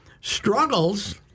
struggles